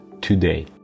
today